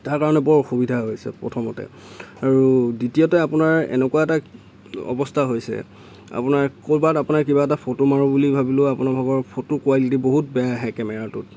তাৰ কাৰণে বৰ অসুবিধা হৈছে প্ৰথমতে আৰু দ্বিতীয়তে আপোনাৰ এনেকুৱা এটা অৱস্থা হৈছে আপোনাৰ ক'ৰবাত আপোনাৰ কিবা এটা ফটো মাৰো বুলি ভাবিলেও আপোনাৰ ভাগৰ ফটো কুৱালিটি বহুত বেয়া আহে কেমেৰাটোত